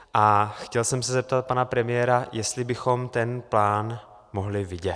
A chtěl jsem se zeptat pana premiéra, jestli bychom ten plán mohli vidět.